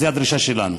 זו הדרישה שלנו.